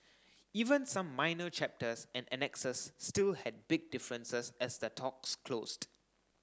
even some minor chapters and annexes still had big differences as the talks closed